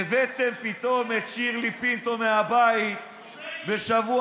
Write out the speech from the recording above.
הבאתם פתאום את שירלי פינטו מהבית בשבוע,